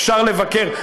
אפשר לבקר,